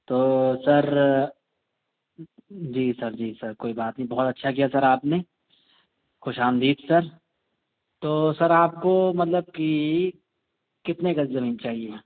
تو sir ji sir ji sir کوئی بات نہیں بہت اچھا کیا سر آپ نے خوش آمدید سر تو سر آپ کو مطلب کی کتنے گز زمین چاہیے